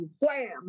wham